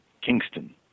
Kingston